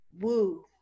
woo